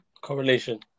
correlation